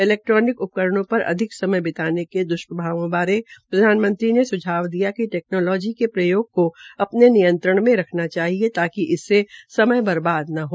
electronic उपकरणों पर अधिक समय बिताने के द्वष्प्रभावों वारे प्रधानमंत्री ने स्झाव दिया कि टेकनालोनजी के प्रयोग को अपने नियंत्रंण में रखा चाहिए ताकि इससे समय बबार्द न हो